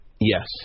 Yes